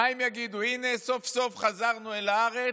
מה הם יגידו: הינה, סוף-סוף חזרנו אל הארץ?